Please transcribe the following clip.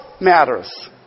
matters